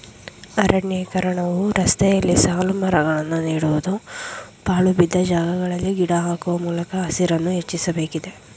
ಅರಣ್ಯೀಕರಣವು ರಸ್ತೆಯಲ್ಲಿ ಸಾಲುಮರಗಳನ್ನು ನೀಡುವುದು, ಪಾಳುಬಿದ್ದ ಜಾಗಗಳಲ್ಲಿ ಗಿಡ ಹಾಕುವ ಮೂಲಕ ಹಸಿರನ್ನು ಹೆಚ್ಚಿಸಬೇಕಿದೆ